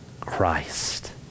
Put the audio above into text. Christ